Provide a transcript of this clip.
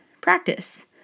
practice